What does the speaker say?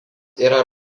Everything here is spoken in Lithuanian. yra